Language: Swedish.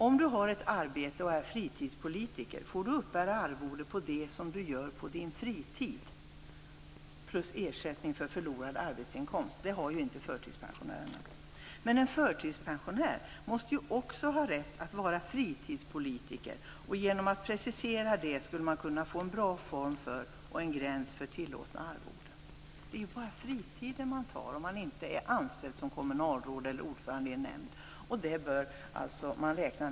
Om du har ett arbete och är fritidspolitiker får du uppbära arvode på det som du gör på din fritid plus ersättning för förlorad arbetsinkomst. Det har inte förtidspensionären. Men en förtidspensionär måste också ha rätt att vara fritidspolitiker. Genom att precisera det skulle man kunna få en bra form för och en gräns för tillåtna arvoden. Det är bara fritiden man tar om man inte är anställd som kommunalråd eller ordförande i en nämnd.